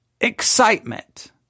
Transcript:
excitement